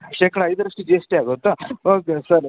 ಶೇಕಡಾ ಐದರಷ್ಟು G S T ಆಗುತ್ತಾ ಓಕೆ ಸರ್